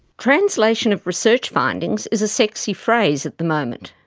translation of research findings is a sexy phrase at the moment.